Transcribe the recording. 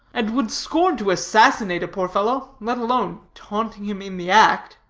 and would scorn to assassinate a poor fellow, let alone taunting him in the act.